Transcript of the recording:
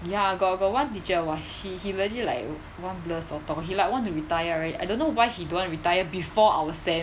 ya got got one teacher !wah! he he legit like one blur sotong he like want to retire right I don't know why he don't want to retire before our sem